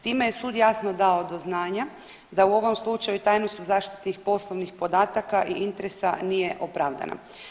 Time je sud jasno dao do znanja da u ovom slučaju tajnost u zaštiti tih poslovnih podataka i interesa nije opravdana.